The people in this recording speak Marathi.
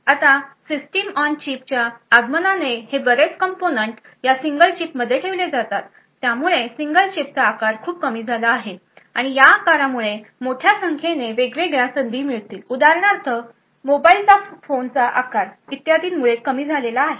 आता सिस्टीम ऑन चिपच्या आगमनाने आणि हे बरेचं कंपोनेंट या सिंगल चिप मध्ये ठेवले जातात त्यामुळे सिंगल चिपचा आकार खूपच कमी झाला आहे आणि या आकारामुळे मोठ्या संख्येने वेगवेगळ्या संधी मिळतील उदाहरणार्थ मोबाइल फोनचा आकार इत्यादी मुळे कमी झाला आहे